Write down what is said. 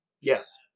Yes